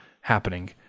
happening